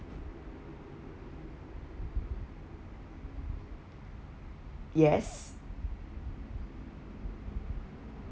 yes